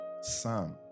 Sam